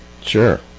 Sure